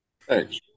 Thanks